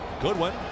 Goodwin